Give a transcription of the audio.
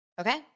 okay